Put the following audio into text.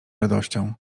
radością